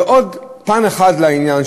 ועוד פן אחד לעניין,